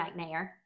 McNair